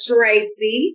Tracy